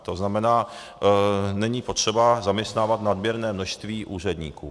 To znamená, není potřeba zaměstnávat nadměrné množství úředníků.